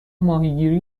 ماهیگیری